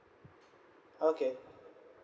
okay